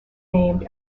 named